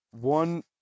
One